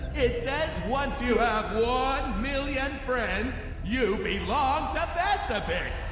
it says once you have one million friends you belong to fastapic.